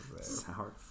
Sour